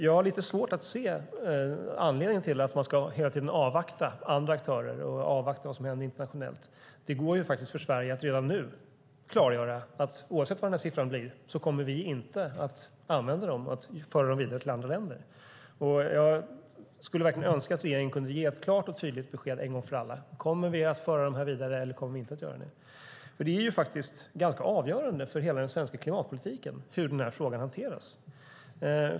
Jag har lite svårt att se anledningen till att man hela tiden ska avvakta andra aktörer och avvakta vad som händer internationellt. Det går faktiskt för Sverige att redan nu klargöra att vi oavsett vad siffran blir inte kommer att använda dem eller föra dem vidare till andra länder. Jag skulle verkligen önska att regeringen kunde ge ett klart och tydligt besked en gång för alla. Kommer vi att föra dem vidare, eller kommer vi inte att göra det? Det är nämligen ganska avgörande för hela den svenska klimatpolitiken hur frågan hanteras.